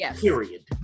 period